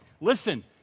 Listen